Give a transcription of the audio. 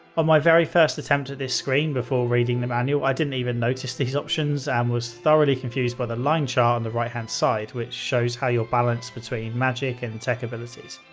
on my very first attempt at this screen, before reading the manual, i didn't even notice these options and was thoroughly confused by the line chart on and the right hand side which shows how you're balanced between magic and tech abilities.